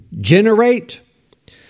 generate